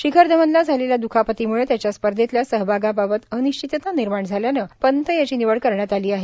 शिखर धवनला झालेल्या द्खापतीम्ळे त्याच्या स्पर्धेतल्या सहभागाबाबत अनिश्चितता निर्माण झाल्यानंपंत याची निवड करण्यात आली आहे